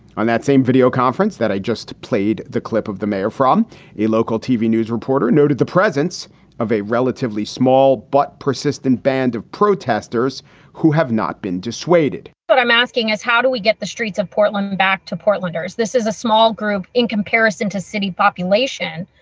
on that same video conference that i just played, the clip of the mayor from a local tv news reporter noted the presence of a relatively small but persistent band of protesters who have not been dissuaded what but i'm asking is how do we get the streets of portland back to portlanders? this is a small group in comparison to city population.